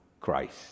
Christ